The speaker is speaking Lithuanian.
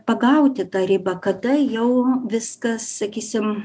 pagauti tą ribą kada jau viskas sakysim